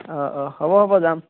অঁ অঁ হ'ব হ'ব যাম